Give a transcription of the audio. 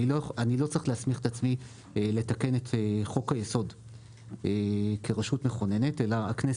אני לא צריך להסמיך את עצמי לתקן את חוק-היסוד כרשות מכוננת אלא הכנסת,